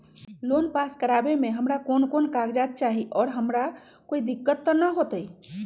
Loan pass करवावे में हमरा कौन कौन कागजात चाही और हमरा कोई दिक्कत त ना होतई?